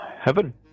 heaven